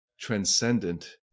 transcendent